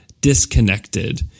disconnected